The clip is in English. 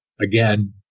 again